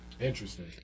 Interesting